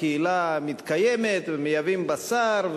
הקהילה מתקיימת ומייבאים בשר,